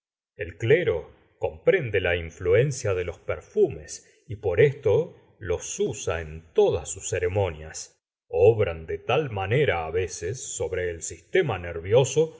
el clero comprende la influencia de los perfumes y por esto los usa tomo il gustavo flaudert en todas sus ceremonias obran de tal manera á veces sobre el sistema nervioso